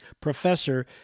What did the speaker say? professor